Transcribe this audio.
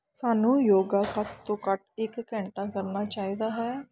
ਸਾਨੂੰ ਯੋਗਾ ਘੱਟ ਤੋਂ ਘੱਟ ਇਕ ਘੰਟਾ ਕਰਨਾ ਚਾਹੀਦਾ ਹੈ